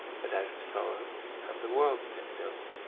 but out of sorrow have the worlds been built,